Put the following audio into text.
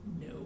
No